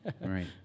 Right